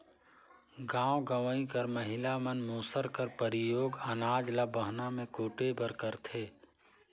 गाँव गंवई कर महिला मन मूसर कर परियोग अनाज ल बहना मे कूटे बर करथे